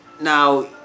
Now